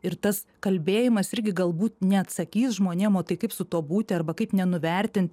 ir tas kalbėjimas irgi galbūt neatsakys žmonėm o tai kaip su tuo būti arba kaip nenuvertint